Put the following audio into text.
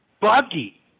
buggy